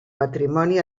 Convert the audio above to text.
patrimoni